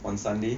on sunday